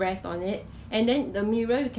if 没有 honey 的话就放